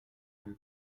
del